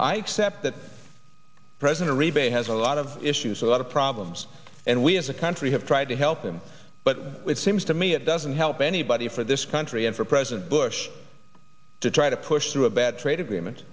xcept that president reagan has a lot of issues a lot of problems and we as a country have tried to help them but it seems to me it doesn't help anybody for this country and for president bush to try to push through a bad trade agreement